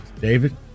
David